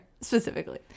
specifically